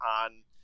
on